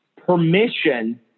permission